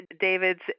David's